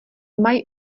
mají